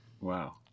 Wow